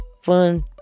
fun